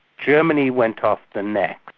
germany went off the next,